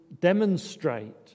demonstrate